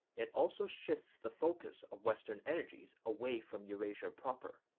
it also shifts the focus of western energies away from eurasia proper.